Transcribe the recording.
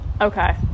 Okay